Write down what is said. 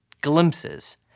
glimpses